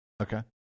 Okay